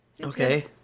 Okay